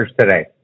today